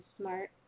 smart